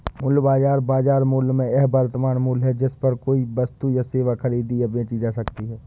बाजार मूल्य, बाजार मूल्य में वह वर्तमान मूल्य है जिस पर कोई वस्तु या सेवा खरीदी या बेची जा सकती है